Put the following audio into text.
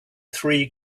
three